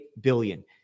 billion